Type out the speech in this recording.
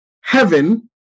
heaven